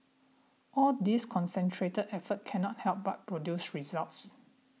all this concentrated effort cannot help but produce results